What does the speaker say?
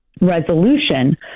resolution